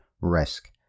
risk